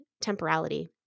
temporality